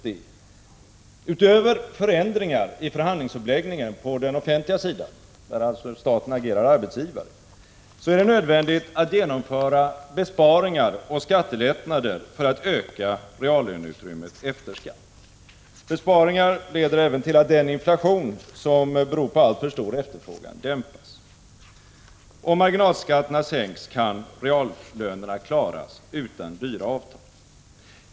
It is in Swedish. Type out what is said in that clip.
Förutom förändringar i förhandlingsuppläggningen på den offentliga sidan, där alltså staten agerar arbetsgivare, är det nödvändigt att genomföra besparingar och skattelättnader för att öka reallöneutrymmet efter skatt. Besparingar leder även till att den inflation som beror på alltför stor efterfrågan dämpas. Om marginalskatterna sänks kan reallönerna klaras utan dyra avtal.